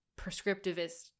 prescriptivist